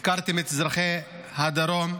הפקרתם את אזרחי הדרום,